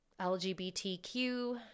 LGBTQ